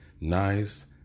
nice